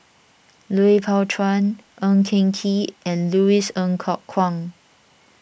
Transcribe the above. Lui Pao Chuen Ng Eng Kee and Louis Ng Kok Kwang